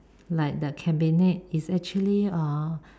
like the cabinet is actually uh